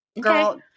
Girl